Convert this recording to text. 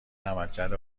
عملکرد